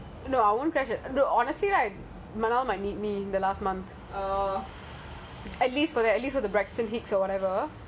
will you be okay if you crash at someone's house